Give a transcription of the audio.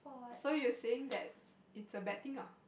so you saying that it's a bad thing lah